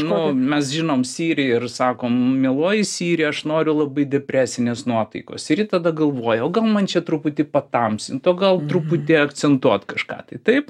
nu mes žinom siri ir sakom mieloji siri aš noriu labai depresinės nuotaikos ir ji tada galvoja o gal man čia truputį patamsint o gal truputį akcentuot kažką tai taip